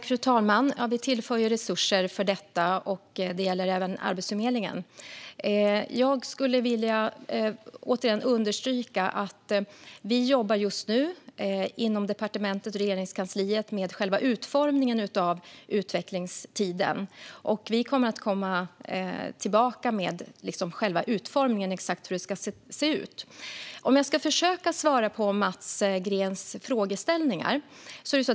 Fru talman! Vi tillför ju resurser för detta. Det gäller även Arbetsförmedlingen. Jag skulle återigen vilja understryka att vi just nu inom Regeringskansliet och på departementet jobbar med själva utformningen av utvecklingstiden. Vi kommer att komma tillbaka med själva utformningen och exakt hur det ska se ut. Låt mig försöka svara på Mats Greens olika frågor.